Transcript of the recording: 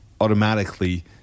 automatically